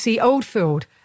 Oldfield